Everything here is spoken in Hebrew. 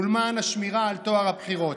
ולמען השמירה על טוהר הבחירות.